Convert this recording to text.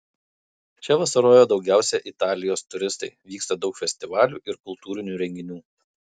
čia vasaroja daugiausiai italijos turistai vyksta daug festivalių ir kultūrinių renginių